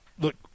look